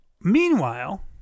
Meanwhile